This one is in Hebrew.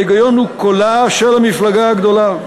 ההיגיון הוא קולה של המפלגה הגדולה.